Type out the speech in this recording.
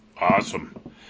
Awesome